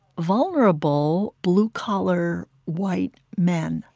vulnerable blue-collar, white men.